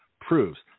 proves